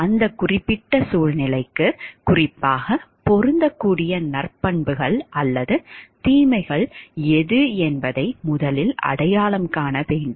அந்த குறிப்பிட்ட சூழ்நிலைக்கு குறிப்பாகப் பொருந்தக்கூடிய நற்பண்புகள் அல்லது தீமைகள் எது என்பதை முதலில் அடையாளம் காண வேண்டும்